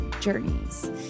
journeys